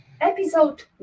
Episode